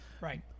Right